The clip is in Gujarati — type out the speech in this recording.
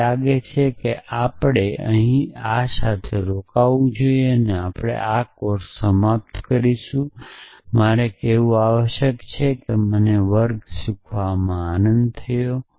મને લાગે છે કે આપણે અહીં આ સાથે રોકાવું જોઈએ આપણે આ કોર્સ સમાપ્ત કરીશું મારે કહેવું આવશ્યક છે કે મને વર્ગ શીખવવામાં આનંદ થયો